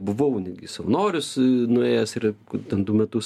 buvau netgi į savanorius nuėjęs ir ten du metus